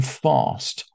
fast